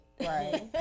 right